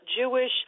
Jewish